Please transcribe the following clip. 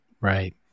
Right